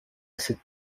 cette